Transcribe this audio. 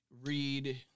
read